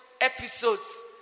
episodes